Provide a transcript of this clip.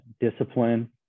discipline